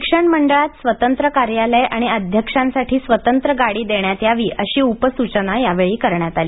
शिक्षण मंडळात स्वतंत्र कार्यालय आणि अध्यक्षांसाठी स्वतंत्र गाडी देण्यात यावी अशी उपसूचना यावेळी करण्यात आली